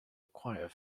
acquire